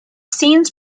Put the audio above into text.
scenes